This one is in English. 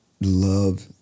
love